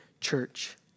church